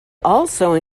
also